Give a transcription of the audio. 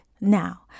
Now